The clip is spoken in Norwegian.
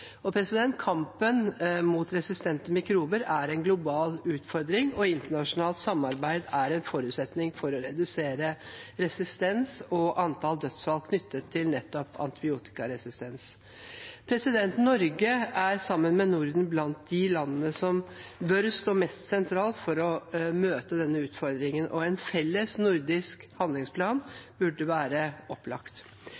Kampen mot resistente mikrober er en global utfordring, og internasjonalt samarbeid er en forutsetning for å redusere resistens og antall dødsfall knyttet til antibiotikaresistens. Norge er sammen med Norden blant de landene som bør stå mest sentralt for å møte denne utfordringen. En felles nordisk handlingsplan